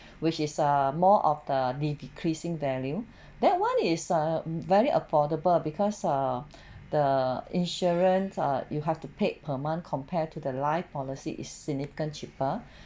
which is uh more of the decreasing value that one is a very affordable because err the insurance uh you have to paid per month compare to the life policy is significant cheaper